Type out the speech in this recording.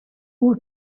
who